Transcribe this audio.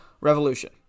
revolution